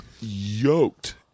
Yoked